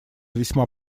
весьма